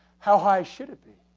how high should it be?